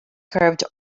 curved